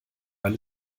weil